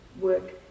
work